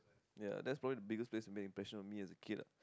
ya that's probably the biggest place that made an impression on me as a kid ah